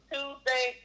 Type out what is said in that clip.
Tuesday